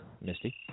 Misty